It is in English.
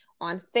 on